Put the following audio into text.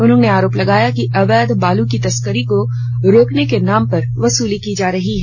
उन्होंने आरोप लगाया कि अवैध बालू के तस्करी को रोकने के नाम पर वसूली की जा रही है